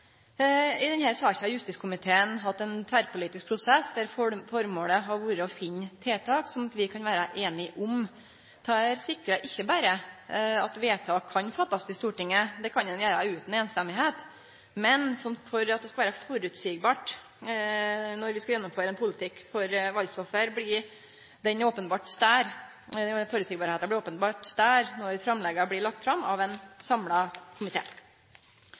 I denne saka har justiskomiteen hatt ein tverrpolitisk prosess der føremålet har vore å finne tiltak som vi kunne vere einige om. Det sikrar ikkje berre at vedtak kan fattast i Stortinget – det kan ein gjere utan at det er full semje. Men når det gjeld føreseielegheit når vi skal gjennomføre ein politikk for valdsoffer, blir ho openbert større når framlegga blir lagde fram av ein samla